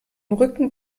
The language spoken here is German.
rücken